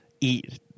eat